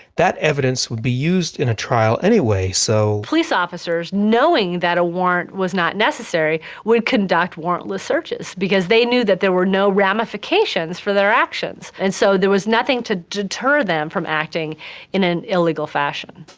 that evidence would be used in a trial anyway, so. police officers knowing that a warrant was not necessary would conduct warrantless searches because they knew that there were no ramifications for their actions. and so there was nothing to deter them from acting in an illegal fashion.